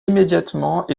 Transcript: immédiatement